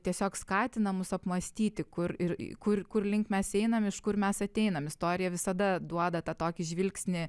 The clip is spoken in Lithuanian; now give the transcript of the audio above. tiesiog skatina mus apmąstyti kur ir į kur kur link mes einam iš kur mes ateinam istorija visada duoda tą tokį žvilgsnį